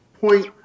point